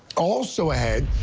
also ahead,